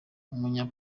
umunya